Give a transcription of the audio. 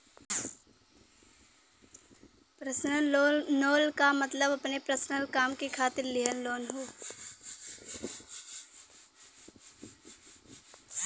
personal loan क मतलब अपने पर्सनल काम के खातिर लिहल लोन हौ